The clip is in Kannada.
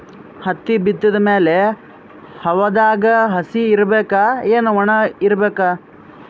ಹತ್ತಿ ಬಿತ್ತದ ಮ್ಯಾಲ ಹವಾದಾಗ ಹಸಿ ಇರಬೇಕಾ, ಏನ್ ಒಣಇರಬೇಕ?